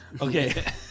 Okay